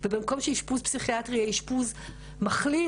במקום שאשפוז פסיכיאטרי יהיה אשפוז מחלים,